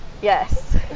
yes